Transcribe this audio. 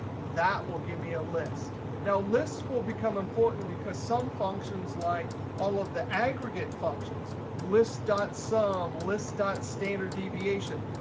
that will give me a list. now lists will become important because some functions like all of the aggregate functions list dot sum list dot standard deviation.